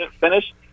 finish